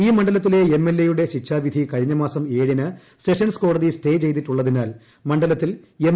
ഈ മണ്ഡലത്തിലെ M L A യുടെ ശിക്ഷാവിധി കഴിഞ്ഞമാസം ഏഴിന് സെഷൻസ് കോടതി സ്റ്റേ ചെയ്തിട്ടുള്ളതിനാൽ മണ്ഡലത്തിൽ എം